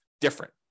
different